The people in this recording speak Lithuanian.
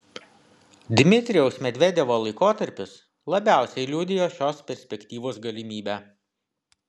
dmitrijaus medvedevo laikotarpis labiausiai liudijo šios perspektyvos galimybę